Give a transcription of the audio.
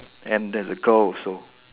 and there's a girl also